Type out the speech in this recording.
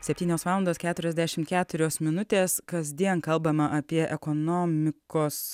septynios valandos keturiasdešimt keturios minutės kasdien kalbama apie ekonomikos